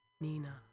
Nina